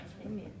Amen